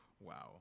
Wow